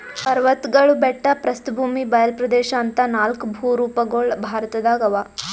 ಪರ್ವತ್ಗಳು ಬೆಟ್ಟ ಪ್ರಸ್ಥಭೂಮಿ ಬಯಲ್ ಪ್ರದೇಶ್ ಅಂತಾ ನಾಲ್ಕ್ ಭೂರೂಪಗೊಳ್ ಭಾರತದಾಗ್ ಅವಾ